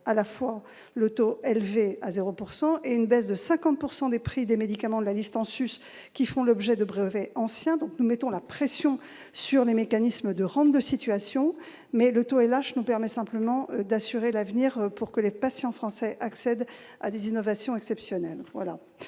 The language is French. à la fois grâce au taux élevé à 0 % et à la baisse de 50 % du prix des médicaments de la liste en sus, qui font l'objet de brevets anciens. Nous mettons la pression sur les mécanismes de rentes de situation ; le taux Lh nous permet simplement d'assurer l'avenir pour que les patients français accèdent à des innovations exceptionnelles.